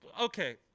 okay